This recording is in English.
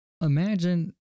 Imagine